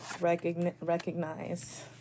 Recognize